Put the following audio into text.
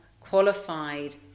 qualified